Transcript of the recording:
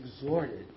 exhorted